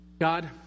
God